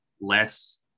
less